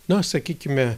na sakykime